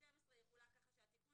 סעיף 12 יחולק כך שהתיקון